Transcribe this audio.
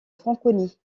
franconie